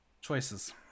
Choices